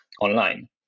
online